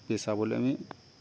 পেশা বলে আমি